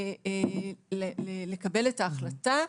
לקבל את ההחלטה.